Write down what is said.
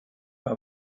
but